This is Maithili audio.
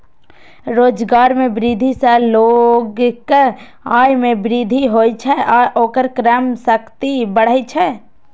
रोजगार मे वृद्धि सं लोगक आय मे वृद्धि होइ छै आ ओकर क्रय शक्ति बढ़ै छै